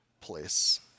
place